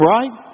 Right